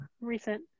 recent